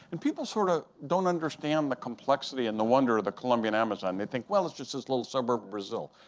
and people sort of don't understand the complexity and the wonder of the colombian amazon. they think, well, it's just this little suburb of brazil.